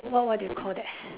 what what do you call that